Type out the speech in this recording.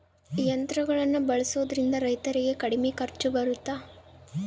ಯಂತ್ರಗಳನ್ನ ಬಳಸೊದ್ರಿಂದ ರೈತರಿಗೆ ಕಡಿಮೆ ಖರ್ಚು ಬರುತ್ತಾ?